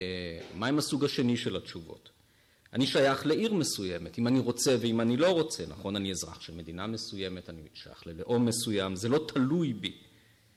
מה עם הסוג השני של התשובות? אני שייך לעיר מסוימת, אם אני רוצה ואם אני לא רוצה, נכון? אני אזרח של מדינה מסוימת, אני שייך ללאום מסוים, זה לא תלוי בי